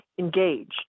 Engaged